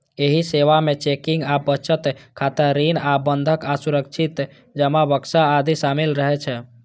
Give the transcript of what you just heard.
एहि सेवा मे चेकिंग आ बचत खाता, ऋण आ बंधक आ सुरक्षित जमा बक्सा आदि शामिल रहै छै